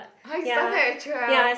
!huh! you started at twelve